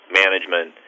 management